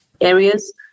areas